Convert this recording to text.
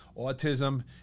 autism